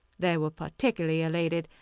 they were particularly elated,